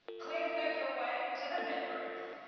please make your way to the bedrooms.